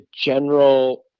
general